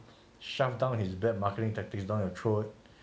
shaft down his bad marketing tactics down your throat